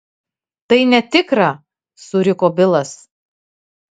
tai netikra suriko bilas